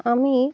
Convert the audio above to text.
আমি